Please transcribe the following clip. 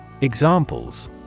Examples